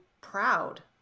proud